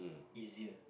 easier